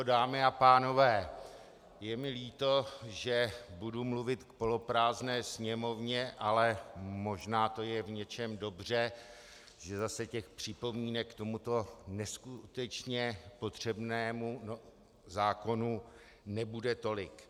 Dámy a pánové, je mi líto, že budu mluvit k poloprázdné Sněmovně, ale možná to je v něčem dobře, že zase těch připomínek k tomuto neskutečně potřebnému zákonu nebude tolik.